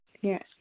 Yes